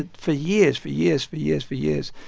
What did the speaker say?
ah for years, for years, for years, for years,